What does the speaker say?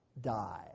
die